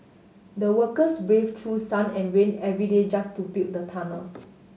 the workers braved through sun and rain every day just to build the tunnel